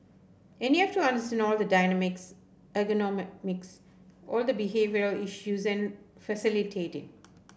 and you have to understand all the dynamics ergonomics all the behavioural issues and facilitate it